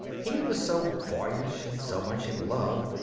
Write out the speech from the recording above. he was so boyish, and so much in love,